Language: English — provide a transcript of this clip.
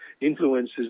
influences